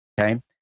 Okay